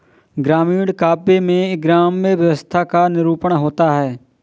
ग्रामीण काव्य में ग्राम्य व्यवस्था का निरूपण होता है